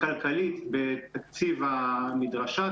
כלכלית בתקציב המדרשה,